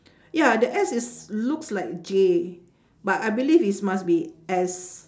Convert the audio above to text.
ya the S is looks like J but I believe is must be S